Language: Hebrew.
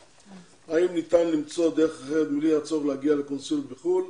האם ניתן למצוא דרך אחרת בלי הצורך להגיע לקונסול בחו"ל?